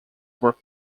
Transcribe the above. were